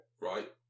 right